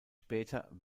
später